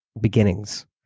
beginnings